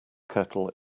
kettle